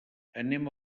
anem